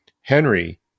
Henry